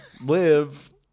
live